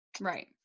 Right